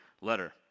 letter